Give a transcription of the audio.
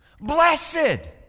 Blessed